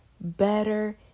Better